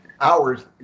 hours